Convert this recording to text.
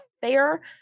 fair